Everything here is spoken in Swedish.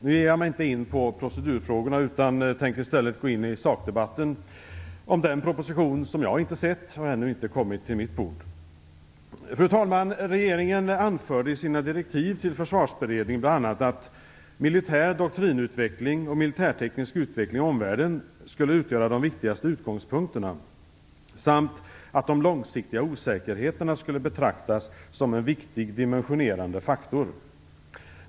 Nu ger jag mig inte in på procedurfrågorna, utan tänker i stället gå in i sakdebatten om den proposition som jag inte sett och som ännu inte har kommit till mitt bord. Fru talman! Regeringen anförde i sina direktiv till Försvarsberedningen bl.a. att militär doktrinutveckling och militärteknisk utveckling i omvärlden skulle utgöra de viktigaste utgångspunkterna samt att de långsiktiga osäkerheterna skulle betraktas som en viktig dimensionerande faktor.